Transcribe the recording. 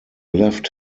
left